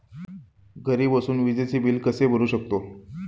घरी बसून विजेचे बिल कसे भरू शकतो?